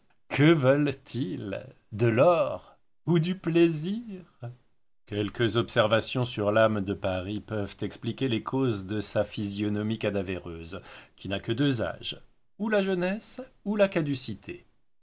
que veulent-ils de l'or ou du plaisir quelques observations sur l'âme de paris peuvent expliquer les causes de sa physionomie cadavéreuse qui n'a que deux âges ou la jeunesse ou la caducité